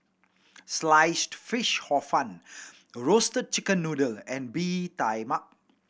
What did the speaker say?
Sliced Fish Hor Fun Roasted Chicken Noodle and Bee Tai Mak